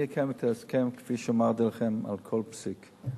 אני אקיים את ההסכם, כפי שאמרתי לכם, על כל פסיק.